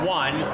one